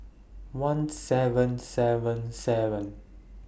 one seven seven seven